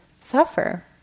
suffer